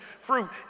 fruit